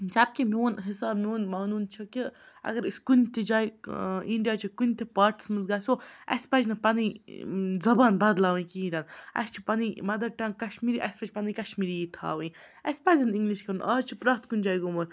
جب کہِ میون حِساب میون مانُن چھُ کہِ اگر أسۍ کُنہِ تہِ جایہِ اِنٛڈیاچہِ کُنہِ تہِ پاٹَس منٛز گَژھو اَسہِ پَزِ نہٕ پَنٕنۍ زَبان بَدلاوٕنۍ کِہیٖنۍ تہِ نہٕ اَسہِ چھِ پَنٕنۍ مَدَر ٹنٛگ کشمیٖری اَسہِ پَزِ پَنٕنۍ کَشمیٖری یی تھاوٕنۍ اَسہِ پَزِ نہٕ اِنٛگلِش کَرُن آز چھِ پرٛٮ۪تھ کُنہِ جایہِ گوٚمُت